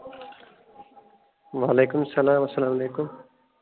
وعلیکُم السلام السلام علیکُم